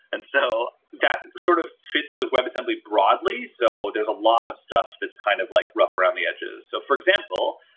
and so that sort of fits with webassembly broadly. so there's a lot of stuff that's kind of like rough around the edges. so, for example,